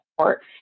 support